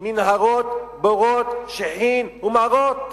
מנהרות, בורות, שיחין ומערות.